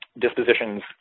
dispositions